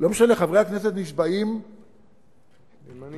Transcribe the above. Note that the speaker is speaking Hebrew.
חברי הכנסת לא נשבעים על חוקים.